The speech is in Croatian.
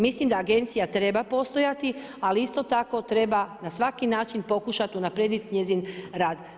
Mislim da Agencija treba postojati ali isto tako treba na svaki način pokušati unaprijediti njezin rad.